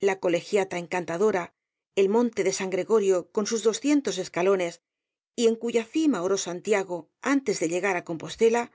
la colegiata encantadora el monte de san gregorio con sus doscientos escalones y en cuya cima oró santiago antes de llegar á compostela